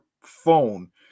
phone